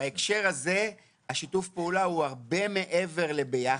בהקשר הזה השיתוף פעולה הוא הרבה מעבר לביחד.